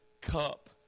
cup